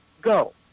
go